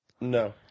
No